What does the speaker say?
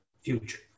future